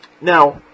Now